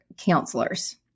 counselors